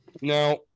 now